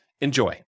Enjoy